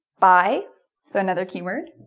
by so another keyword